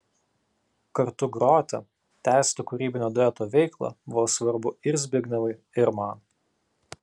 kartu groti tęsti kūrybinio dueto veiklą buvo svarbu ir zbignevui ir man